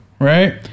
right